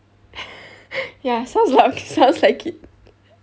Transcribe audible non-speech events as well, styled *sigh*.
*laughs* ya so I was like okay sounds like it